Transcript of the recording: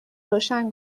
روشن